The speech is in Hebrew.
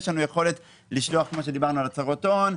יש לנו יכולת לשלוח הצהרות הון,